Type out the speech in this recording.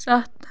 سَتھ